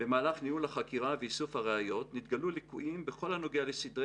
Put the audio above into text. "במהלך ניהול החקירה ואיסוף הראיות נתגלו ליקויים בכל הנוגע לסדרי